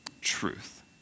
truth